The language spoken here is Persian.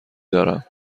دارم